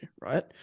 right